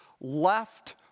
left